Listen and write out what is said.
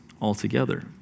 altogether